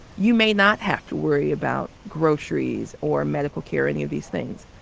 you may not have to worry about groceries or medical care, any of these things.